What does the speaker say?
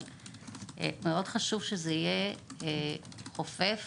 אבל מאוד חשוב שזה יהיה חופף